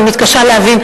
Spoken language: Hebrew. אני מתקשה להבין,